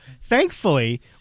thankfully